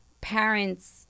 parents